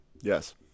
Yes